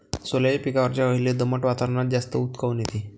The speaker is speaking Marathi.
सोल्याच्या पिकावरच्या अळीले दमट वातावरनात जास्त ऊत काऊन येते?